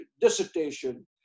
dissertation